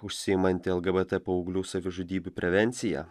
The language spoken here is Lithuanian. užsiimanti lgbt paauglių savižudybių prevencija